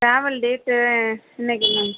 travel date என்றைக்கு ma'am